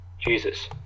jesus